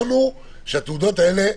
כי זה כל הוויכוח.